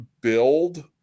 build